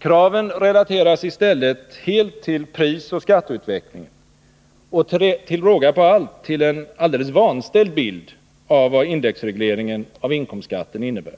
Kraven relateras i stället helt till prisoch skatteutvecklingen och till råga på allt till en alldeles vanställd bild av vad indexregleringen av inkomstskatten innebär.